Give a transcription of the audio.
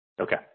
okay